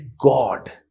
God